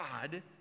God